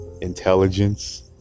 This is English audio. Intelligence